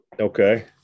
Okay